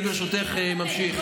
לא, אני אומרת, ברשותך, אני ממשיך.